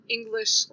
English